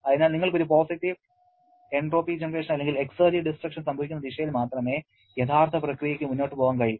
അതിനാൽ നിങ്ങൾക്ക് ഒരു പോസിറ്റീവ് എൻട്രോപ്പി ജനറേഷൻ അല്ലെങ്കിൽ എക്സെർജി ഡിസ്ട്രക്ഷൻ സംഭവിക്കുന്ന ദിശയിൽ മാത്രമേ യഥാർത്ഥ പ്രക്രിയക്ക് മുന്നോട്ട് പോകാൻ കഴിയൂ